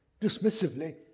dismissively